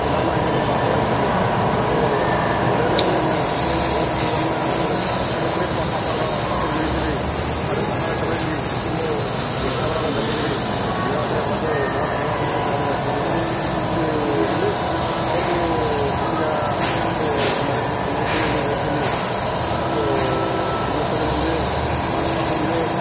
ପିଲାମାନେ ଯେନେ ବାହାରୁ ଆସିଥିଲେ ତାକୁ ବୁଲେଇ ନେଇଥିଲି ମୁଁ ବହୁତ ସେମାନେ ଗୋଟେ ସେ ଷେତ୍ରରେ ପତାଲ ପାତିରେ ନେଇଥିଲି ତାକୁ ପାହାଡ଼େ ଚକେଇକିରି ସବୁ ଗୁମ୍ଫାଗୁଡ଼ାକ ଦେଖେଇକିରି ଆଣିବା ପରେ ତାକୁ ବହୁତ ବୁଲା ବୁଲିକିରି କ'ଣ ସେମାନେ ବହୁତ ଖୁସି ହେଲେ ଆଉର୍ ବି କିଛି ଜାଗା ତାକୁ ବୁଲେଇ ନେଇଥିଲି ସମ୍ବଲପୁର ବି ନେଇଥିଲି ତାକୁ ସାମଲେଶ୍ୱରୀ ମନ୍ଦିର ମାଣେଶ୍ୱର ମନ୍ଦିର